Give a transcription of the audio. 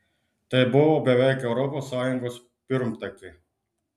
tai buvo beveik europos sąjungos pirmtakė